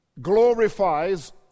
glorifies